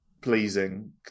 pleasing